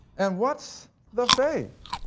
and whats the faith?